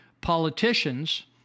politicians